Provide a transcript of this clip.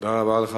תודה רבה לך,